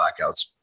blackouts